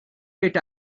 let